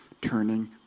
turning